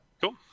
Cool